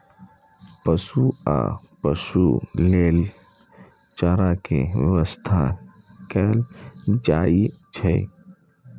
पोसुआ पशु लेल चारा के व्यवस्था कैल जाइ छै